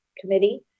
Committee